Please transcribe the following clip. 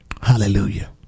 Hallelujah